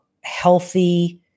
healthy